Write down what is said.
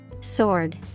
Sword